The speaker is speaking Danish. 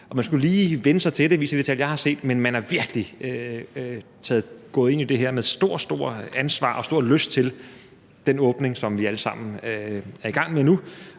Man skulle lige vænne sig til det, viser de tal, jeg har set, men man er virkelig gået ind i det her med stort, stort ansvar og stor lyst til den åbning, som vi alle sammen er i gang med nu.